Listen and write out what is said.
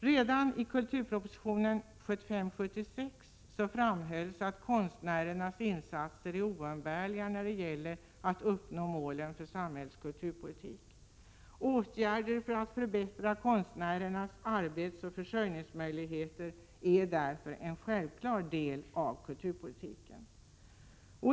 Redan i kulturpropositionen 1975/76 framhölls att konstnärernas insatser är oumbärliga när det gäller att uppnå målen för samhällets kulturpolitik. Åtgärder för att förbättra konstnärernas arbetsoch försörjningsmöjligheter är därför en självklar del av kulturpolitiken.